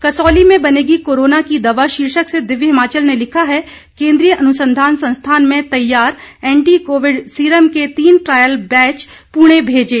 कसौली में बनेगी कोरोना की दवा शीर्षक से दिव्य हिमाचल ने लिखा है केन्द्रीय अनुसंधान संस्थान में तैयार ऐंटी कोविड सीरम के तीन ट्रायल बैच पुणे भेजे